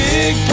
Big